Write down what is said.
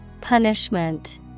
Punishment